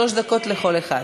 שלוש דקות לכל אחד.